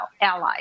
allies